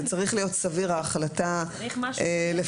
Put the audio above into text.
זה צריך להיות סביר, ההחלטה לפזר.